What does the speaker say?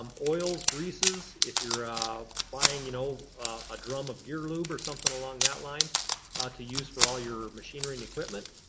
um oils, greases, if you're buying you know a drum of gear lube or something along that line to use for all your machinery and equipment.